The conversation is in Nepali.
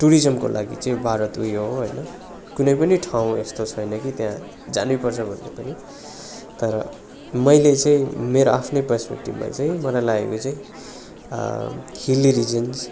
टुरिजमको लागि चाहिँ भारत उयो हो होइन कुनै पनि ठाउँ यस्तो छैन कि त्यहाँ जानै पर्छ भन्ने पनि तर मैले चाहिँ मेरो आफ्नै पर्सपेक्टिभमा चाहिँ मलाई लागेको चाहिँ हिली रिजन्स